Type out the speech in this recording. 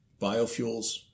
biofuels